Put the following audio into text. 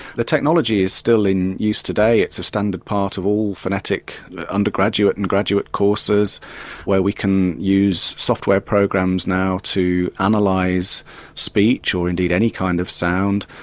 the technology is still in use today it's a standard part of all phonetic undergraduate and graduate courses where we can use software programs now to and analyse speech, or indeed any kind of sound,